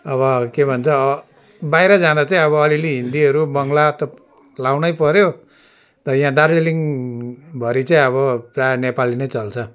अब के भन्छ बाहिर जाँदा चाहिँ अब अलिअलि हिन्दीहरू बङ्गला त लाउनै पऱ्यो त यहाँ दार्जिलिङभरि चाहिँ अब प्रायः नेपाली नै चल्छ